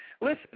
listen